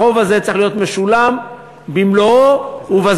החוב הזה צריך להיות משולם במלואו ובזמן,